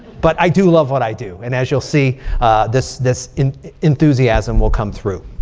but i do love what i do. and as you'll see this this enthusiasm will come through.